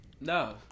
No